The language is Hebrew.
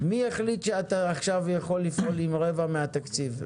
ומי החליט שאתה עכשיו יכול לפעול עם רבע מהתקציב?